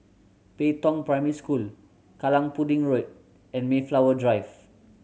Pei Tong Primary School Kallang Pudding Road and Mayflower Drive